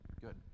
good